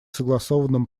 согласованным